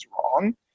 wrong